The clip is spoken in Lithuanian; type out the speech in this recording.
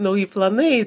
nauji planai